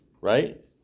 Right